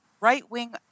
right-wing